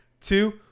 two